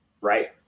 right